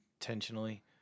intentionally